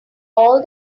all